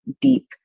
deep